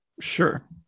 Sure